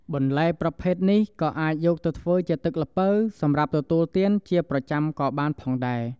បន្លែប្រភេទនេះក៏អាចយកទៅធ្វើជាទឹកល្ពៅ សម្រាប់ទទួលទានជាប្រចាំក៏បានផងដែរ។